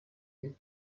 you